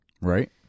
Right